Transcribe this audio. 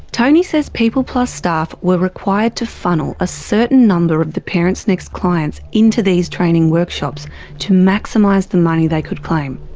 tony says peopleplus staff were required to funnel a certain number of the parentsnext clients into these training workshops to maximise the money they could claim.